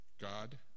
God